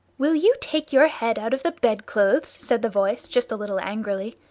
will you take your head out of the bed-clothes said the voice, just a little angrily.